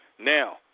Now